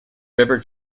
river